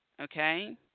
Okay